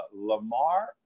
Lamar